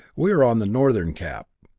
we are on the northern cap.